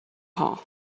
hall